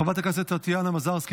חברת הכנסת טטיאנה מזרסקי,